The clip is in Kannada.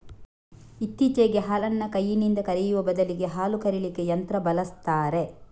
ಇತ್ತೀಚೆಗೆ ಹಾಲನ್ನ ಕೈನಿಂದ ಕರೆಯುವ ಬದಲಿಗೆ ಹಾಲು ಕರೀಲಿಕ್ಕೆ ಯಂತ್ರ ಬಳಸ್ತಾರೆ